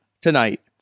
Tonight